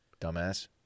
Dumbass